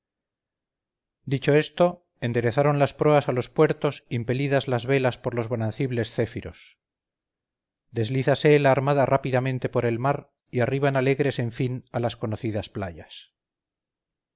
dicho esto enderezan las proas a los puertos impelidas las velas por los bonancibles céfiros deslízase la armada rápidamente por el mar y arriban alegres en fin a las conocidas playas